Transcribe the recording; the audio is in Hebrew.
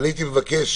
הייתי מבקש